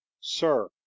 Sir